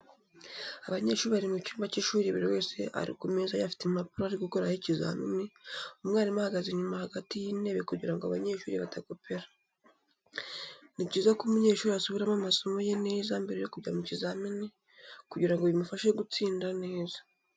Abanyeshuri bari mu cyumba cy'ishuri buri wese ari ku meza ye afite impapuro ari gukoreraho ikizamini umwaalimu ahagaze inyuma hagati y'intebe kugirango abanyeshuri badakopera. ni byiza ko umunyeshuri asubiramo amasomo ye neza mbere yo kujya mu kizamini kugirango bimufashe gutsinda neza.